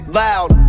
loud